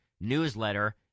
newsletter